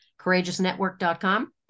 courageousnetwork.com